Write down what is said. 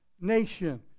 nation